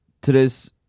today's